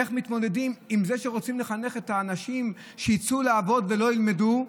איך מתמודדים עם זה שרוצים לחנך את האנשים שיצאו לעבודה ולא ילמדו?